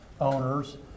owners